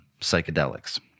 psychedelics